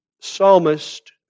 psalmist